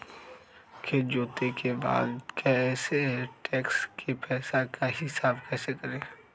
खेत जोते के बाद कैसे ट्रैक्टर के पैसा का हिसाब कैसे करें?